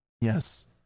yes